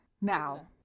Now